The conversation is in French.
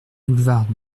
boulevard